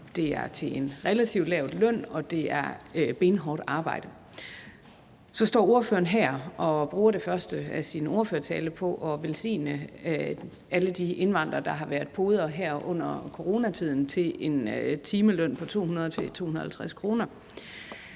det er til en relativt lav løn og det er benhårdt arbejde. Så står ordføreren her og bruger det første af sin ordførertale på at velsigne alle de indvandrere, der har været podere her i coronatiden til en timeløn på 200-250 kr.